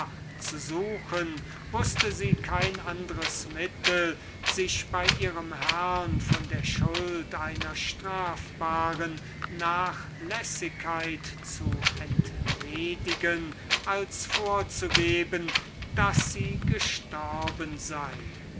zu suchen wußte sie kein ander mittel sich bei ihrem herrn von der schuld einer strafbarn nachlässigkeit entledigen zu können als vorzugeben daß sie gestorben sei